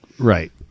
Right